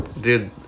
dude